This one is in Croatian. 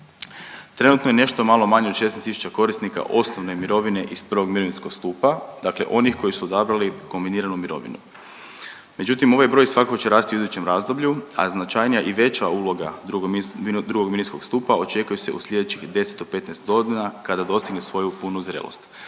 Trenutno je nešto malo manje od 16 tisuća korisnika osnovne mirovine iz 1. mirovinskog stupa dakle, onih koji su odabrali kombiniranu mirovinu. Međutim, ovaj broj svakako će rasti u idućem razdoblju, a značajnija i veća uloga 2. mirovinskog stupa očekuje se u sljedećih 10 do 15 godina kada dostigne svoju punu zrelost.